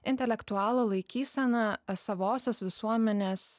intelektualo laikysena savosios visuomenės